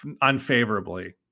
unfavorably